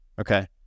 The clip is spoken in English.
Okay